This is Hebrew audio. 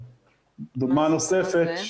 דוגמא נוספת,